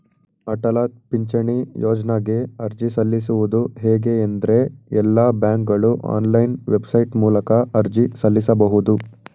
ಅಟಲ ಪಿಂಚಣಿ ಯೋಜ್ನಗೆ ಅರ್ಜಿ ಸಲ್ಲಿಸುವುದು ಹೇಗೆ ಎಂದ್ರೇ ಎಲ್ಲಾ ಬ್ಯಾಂಕ್ಗಳು ಆನ್ಲೈನ್ ವೆಬ್ಸೈಟ್ ಮೂಲಕ ಅರ್ಜಿ ಸಲ್ಲಿಸಬಹುದು